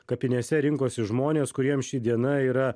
kapinėse rinkosi žmonės kuriems ši diena yra